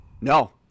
No